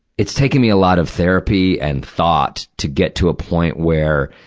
it's taken me a lot of therapy and thought to get to a point where,